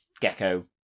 gecko